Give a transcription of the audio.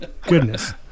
Goodness